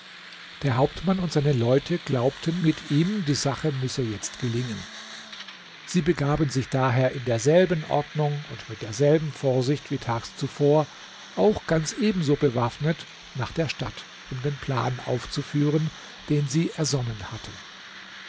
der hauptmann und seine leute glaubten mit ihm die sache müsse jetzt gelingen sie begaben sich daher in derselben ordnung und mit derselben vorsicht wie tags zuvor auch ganz ebenso bewaffnet nach der stadt um den plan aufzuführen den sie ersonnen hatten